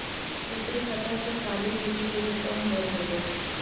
ऊपरी सतह कअ पानी धीरे धीरे कम हो रहल बा